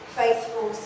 faithful